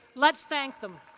let's thank them.